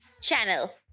Channel